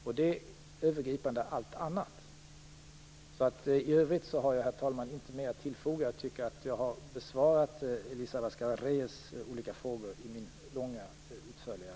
Det tar över allt annat. I övrigt har jag alltså, herr talman, inte mer att tillfoga. Jag tycker att jag har besvarat Elisa Abascal Reyes i mitt långa och utförliga svar.